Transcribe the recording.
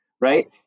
right